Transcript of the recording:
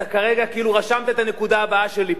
אתה כרגע כאילו רשמת את הנקודה הבאה שלי פה,